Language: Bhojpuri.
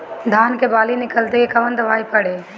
धान के बाली निकलते के कवन दवाई पढ़े?